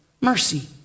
mercy